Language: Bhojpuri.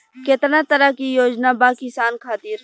केतना तरह के योजना बा किसान खातिर?